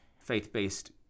Faith-based